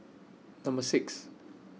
Number six